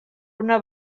una